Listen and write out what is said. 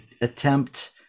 attempt